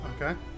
Okay